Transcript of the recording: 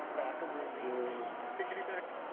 backer rooney's thing he backed